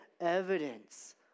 evidence